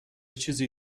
چیزی